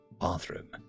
bathroom